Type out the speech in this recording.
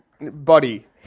body